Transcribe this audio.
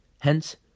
Hence